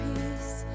Peace